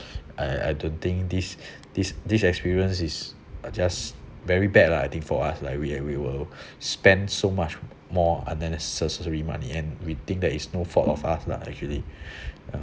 I I don't think this this this experience is just very bad lah I think for us like we we will spend so much more unnecessary money and we think that is no fault of us lah actually ya